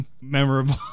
memorable